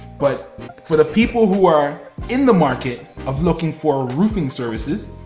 but for the people who are in the market of looking for our roofing services,